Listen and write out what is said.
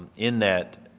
in that,